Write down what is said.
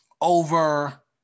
over